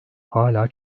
hala